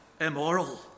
immoral